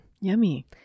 Yummy